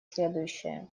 следующее